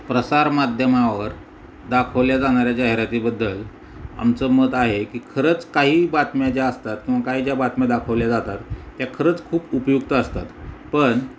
प्रसार माध्यमावर दाखवल्या जाणाऱ्या जाहिरातीबद्दल आमचं मत आहे की खरंच काही बातम्या ज्या असतात किंवा काही ज्या बातम्या दाखवल्या जातात त्या खरंच खूप उपयुक्त असतात पण